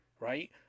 right